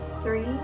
three